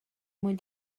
mwyn